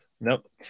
Nope